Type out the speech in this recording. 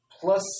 plus